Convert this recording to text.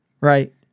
Right